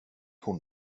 hon